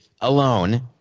alone